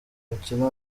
mikino